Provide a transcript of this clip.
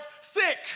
sick